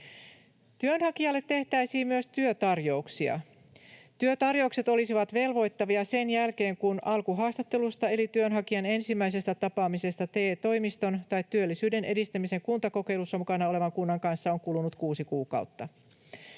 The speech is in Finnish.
Työnhakijalle tehtäisiin myös työtarjouksia. Työtarjoukset olisivat velvoittavia sen jälkeen, kun alkuhaastattelusta — eli työnhakijan ensimmäisestä tapaamisesta TE-toimiston tai työllisyyden edistämisen kuntakokeilussa mukana olevan kunnan kanssa — on kulunut 6 kuukautta.